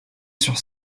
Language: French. sur